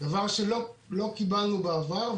דבר שלא קיבלנו בעבר,